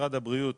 משרד הבריאות